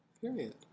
Period